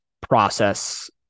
process